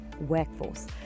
workforce